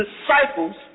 disciples